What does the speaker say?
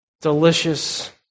delicious